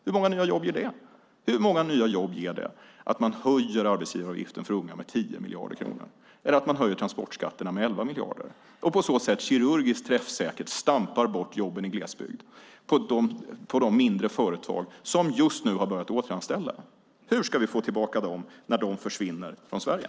Hur många nya jobb ger det att man höjer arbetsgivaravgiften för unga med 10 miljarder kronor eller att man höjer transportskatterna med 11 miljarder och på så sätt kirurgiskt träffsäkert stampar bort jobben i glesbygd på de mindre företag som just nu har börjat återanställa? Hur ska vi få tillbaka dem när de försvinner från Sverige?